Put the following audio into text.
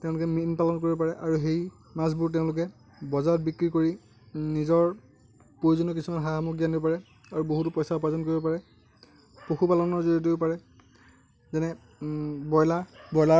তেওঁলোকে মীন পালন কৰিব পাৰে আৰু সেই মাছবোৰ তেওঁলোকে বজাৰত বিক্ৰী কৰি নিজৰ প্ৰয়োজনীয় কিছুমান সা সামগ্ৰী আনিব পাৰে আৰু বহুতো পইচা উপাৰ্জন কৰিব পাৰে পশুপালনৰ জৰিয়তেও পাৰে যেনে ব্ৰয়লাৰ ব্ৰয়লাৰৰ ফাৰ্ম